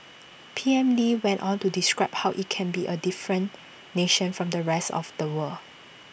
P M lee went on to describe how IT can be A different nation from the rest of the world